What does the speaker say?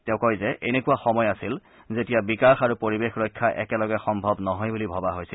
তেওঁ কয় যে এনেকুৱা সময় আছিল যেতিয়া বিকাশ আৰু পৰিৱেশ ৰক্ষা একেলগে সম্ভৱ নহয় বুলি ভবা হৈছিল